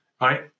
right